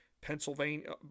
Pennsylvania